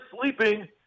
sleeping